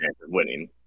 winning